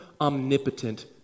omnipotent